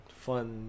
fun